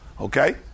Okay